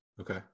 okay